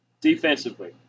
Defensively